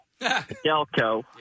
Delco